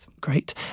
great